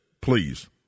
please